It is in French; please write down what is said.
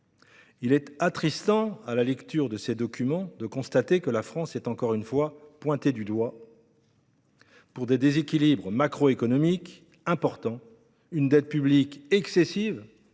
Il est attristant, à la lecture de ces documents, de constater que la France est, encore une fois, pointée du doigt pour des déséquilibres macroéconomiques importants, une dette publique excessive